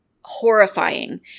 horrifying